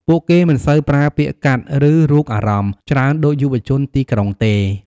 ពួកគេមិនសូវប្រើពាក្យកាត់ ឬរូបអារម្មណ៍ ច្រើនដូចយុវជនទីក្រុងទេ។